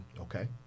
Okay